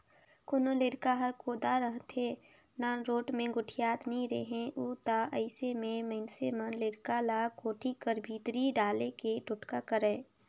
कोनो लरिका हर कोदा रहथे, नानरोट मे गोठियात नी रहें उ ता अइसे मे मइनसे मन लरिका ल कोठी कर भीतरी डाले के टोटका करय